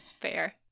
Fair